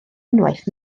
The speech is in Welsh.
unwaith